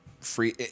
free –